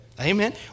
Amen